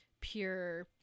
pure